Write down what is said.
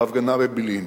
בהפגנה בבילעין,